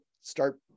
start